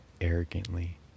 arrogantly